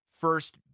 first